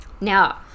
Now